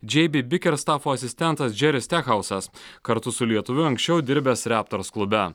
džei bi bikerstafo asistentas džeri stekhalsas kartu su lietuviu anksčiau dirbęs reptors klube